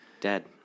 dead